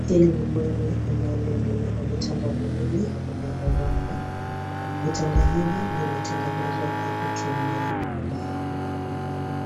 Hili ni bweni ambalo lina vitanda viwili vya ghorofa. Vitanda hivi vimetengenezwa kwa kutumia mbao.